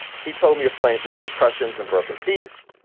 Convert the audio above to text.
he told me of playing through concussions and broken teeth.